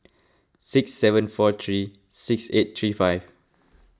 six seven four three six eight three five